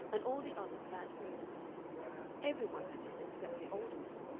and all the others sat and listened every one, that is, except the alderman,